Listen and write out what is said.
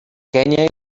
kenya